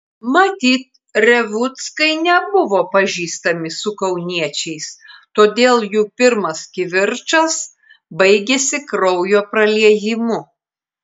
matyt revuckai nebuvo pažįstami su kauniečiais todėl jų pirmas kivirčas baigėsi kraujo praliejimu